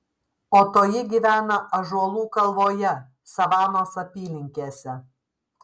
o toji gyvena ąžuolų kalvoje savanos apylinkėse